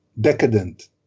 decadent